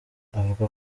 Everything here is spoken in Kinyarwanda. avuga